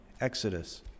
exodus